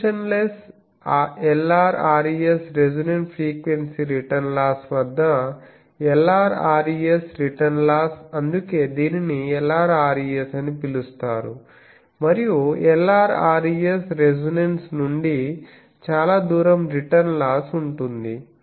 dimensionless Lrres resonant frequency return loss వద్ద Lrres return loss అందుకే దీనిని Lrres అని పిలుస్తారు మరియు Lrres రెసొనెన్స్ నుండి చాలా దూరం రిటర్న్ లాస్ ఉంటుంది